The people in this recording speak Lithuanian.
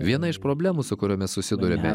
viena iš problemų su kuriomis susiduriame